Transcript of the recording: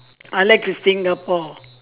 I like to singapore